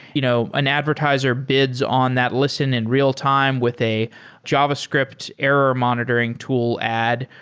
you know an advertiser bids on that listen in real-time with a javascript error monitoring tool ad,